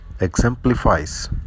exemplifies